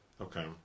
Okay